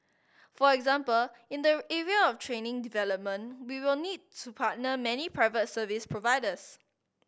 for example in the area of training development we will need to partner many private service providers